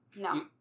No